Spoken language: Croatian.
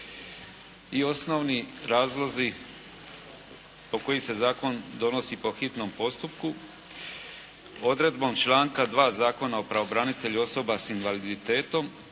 I osnovni razlozi po kojim se Zakon donosi po hitnom postupku odredbom članka 2. Zakona o pravobranitelju osoba s invaliditetom